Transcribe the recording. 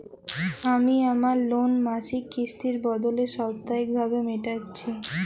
আমি আমার লোন মাসিক কিস্তির বদলে সাপ্তাহিক ভাবে মেটাচ্ছি